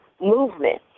movement